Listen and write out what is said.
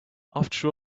after